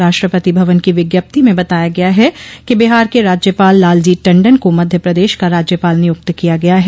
राष्ट्रपति भवन की विज्ञप्ति में बताया गया है कि बिहार के राज्यपाल लालजी टंडन को मध्य प्रदेश का राज्यपाल नियुक्त किया गया है